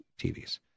TVs